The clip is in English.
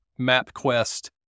MapQuest